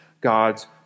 God's